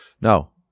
No